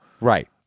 Right